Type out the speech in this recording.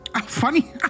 Funny